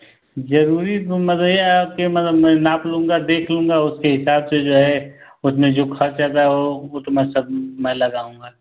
जरूरी मतलब ये अब की मतलब मैं नाप लूँगा देख लूँगा उसके हिसाब से जो है उसमें जो खर्च अदा हो उतना सब मैं लगाऊँगा